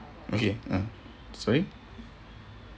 okay uh sorry